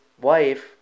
wife